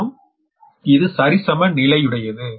மற்றும் இது சரிசமநிலையுடையது